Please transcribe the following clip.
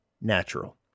natural